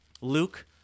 Luke